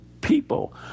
people